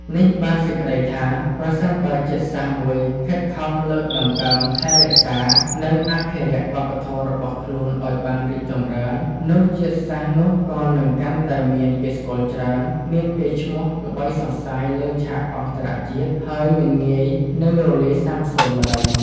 នេះបានសេចក្ដីថា ប្រសិនបើជាតិសាសន៍មួយខិតខំលើកតម្កើង ថែរក្សា និងអភិរក្សវប្បធម៌របស់ខ្លួនឱ្យបានរីកចម្រើន នោះជាតិសាសន៍នោះក៏នឹងកាន់តែមានគេស្គាល់ច្រើន មានកេរ្តិ៍ឈ្មោះល្បីសុះសាយលើឆាកអន្តរជាតិ ហើយមិនងាយនឹងរលាយសាបសូន្យឡើយ។